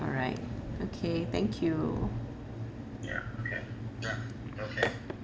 alright okay thank you